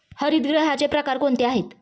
हरितगृहाचे प्रकार कोणते आहेत?